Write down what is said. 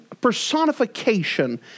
personification